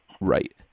right